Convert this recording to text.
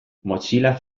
mozilla